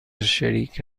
شریک